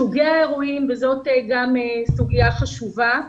סוגי האירועים, גם זאת סוגיה חשובה.